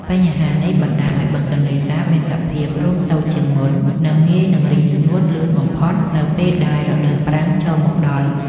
បញ្ហានេះបណ្តាលឱ្យបឹងទន្លេសាបមានសភាពរួមតូចជាងមុន និង ងាយនឹងរីងស្ងួតលឿនបំផុតនៅពេលដែលរដូវប្រាំងចូលមកដល់។